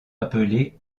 appelé